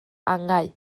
angau